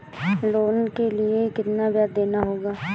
Loan के लिए कितना ब्याज देना होगा?